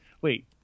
wait